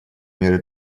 меры